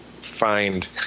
find